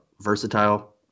versatile